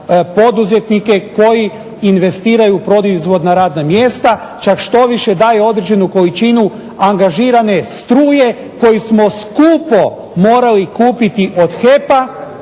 poduzetnike koji investiraju u proizvodna radna mjesta, čak štoviše daje određenu količinu angažirane struje koju smo skupo morali kupiti od HEP-a,